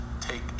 take